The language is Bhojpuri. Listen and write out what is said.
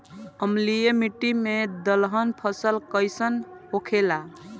अम्लीय मिट्टी मे दलहन फसल कइसन होखेला?